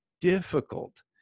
difficult